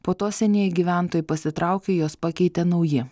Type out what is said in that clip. po to senieji gyventojai pasitraukė juos pakeitė nauji